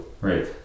Right